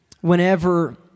Whenever